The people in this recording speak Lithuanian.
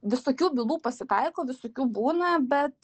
visokių bylų pasitaiko visokių būna bet